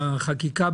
החקיקה.